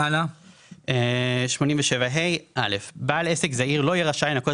תנאים לניכוי 87ה. בעל עסק זעיר לא יהיה רשאי לנכות